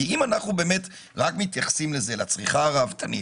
כי אם אנחנו באמת רק מתייחסים לצריכה הראוותנית